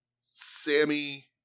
sammy